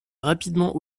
rapidement